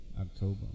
October